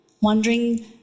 wondering